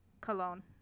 Cologne